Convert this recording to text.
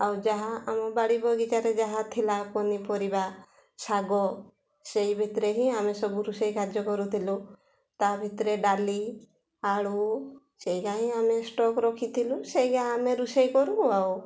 ଆଉ ଯାହା ଆମ ବାଡ଼ି ବଗିଚାରେ ଯାହା ଥିଲା ପନିପରିବା ଶାଗ ସେଇ ଭିତରେ ହିଁ ଆମେ ସବୁ ରୋଷେଇ କାର୍ଯ୍ୟ କରୁଥିଲୁ ତା ଭିତରେ ଡାଲି ଆଳୁ ସେଇ ଆମେ ଷ୍ଟକ୍ ରଖିଥିଲୁ ସେୟା ଆମେ ରୋଷେଇ କରୁ ଆଉ